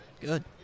Good